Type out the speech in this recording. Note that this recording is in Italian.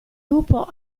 lupo